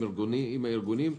עם הארגונים,